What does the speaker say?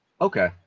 Okay